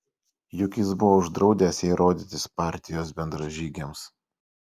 juk jis buvo uždraudęs jai rodytis partijos bendražygiams